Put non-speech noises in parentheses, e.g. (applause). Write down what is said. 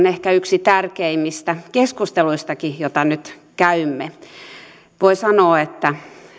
(unintelligible) ehkä yksi tärkeimmistä keskusteluistakin joita nyt käymme voi sanoa että